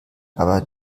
aber